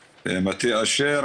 מטה-אשר,